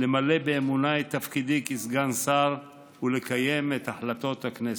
למלא באמונה את תפקידי כסגן שר ולקיים את החלטות הכנסת.